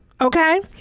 okay